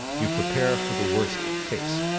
you prepare for the worst case.